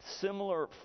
similar